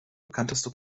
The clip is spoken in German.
bekannteste